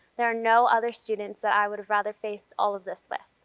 there are no other students that i would have rather faced all of this with.